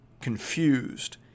confused